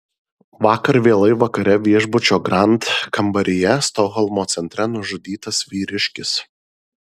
vakar vėlai vakare viešbučio grand kambaryje stokholmo centre nužudytas vyriškis